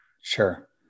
Sure